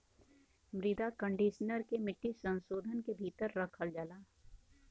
मृदा कंडीशनर के मिट्टी संशोधन के भीतर रखल जाला